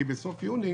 כי בסוף יוני